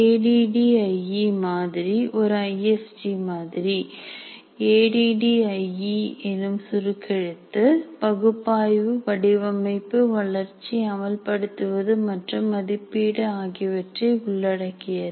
A D D I E மாதிரி ஒரு ISD மாதிரி A D D I E எனும் சுருக்கெழுத்து பகுப்பாய்வு வடிவமைப்பு வளர்ச்சி அமல்படுத்துவது மற்றும் மதிப்பீடு ஆகியவற்றை உள்ளடக்கியது